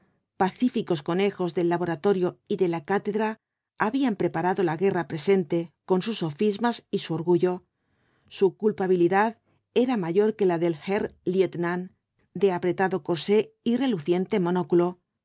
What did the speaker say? pacíficos conejos del laboratorio y de la cátedra habían preparadola guerra presente con sus sofismas y su orgullo su culpabilidad era mayor que la del herr lieutenant de apretado corsé y reluciente monóculo